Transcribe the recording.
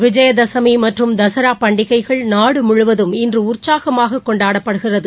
விஜயதசமிமற்றும் தசராபண்டிகைகள் நாடுமுவதும் இன்றுஉற்சாகமாககொண்டாடப்படுகிறது